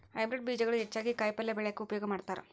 hybrid ಬೇಜಗಳು ಹೆಚ್ಚಾಗಿ ಕಾಯಿಪಲ್ಯ ಬೆಳ್ಯಾಕ ಉಪಯೋಗ ಮಾಡತಾರ